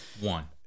One